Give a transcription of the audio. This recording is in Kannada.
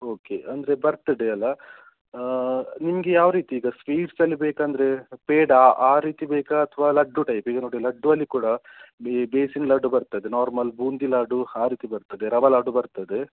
ಓಕೆ ಅಂದರೆ ಬರ್ತಡೆ ಅಲ್ವಾ ನಿಮ್ಗೆ ಯಾವ ರೀತಿ ಈಗ ಸ್ವೀಟ್ಸಲ್ಲಿ ಬೇಕಂದರೆ ಪೇಡ ಆ ರೀತಿ ಬೇಕಾ ಅಥವಾ ಲಡ್ಡು ಟೈಪ್ ಈಗ ನೋಡಿ ಲಡ್ಡು ಅಲ್ಲಿ ಕೂಡ ಇಲ್ಲಿ ಬೇಸಿನ್ ಲಡ್ಡು ಬರ್ತದೆ ನಾರ್ಮಲ್ ಬೂಂದಿ ಲಾಡು ಆರೀತಿ ಬರ್ತದೆ ರವಾ ಲಾಡು ಬರ್ತದೆ